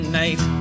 night